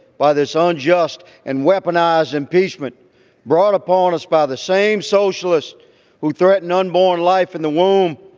by this ah unjust and weaponise impeachment brought upon us by the same socialists who threaten unborn life in the womb,